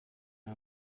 mir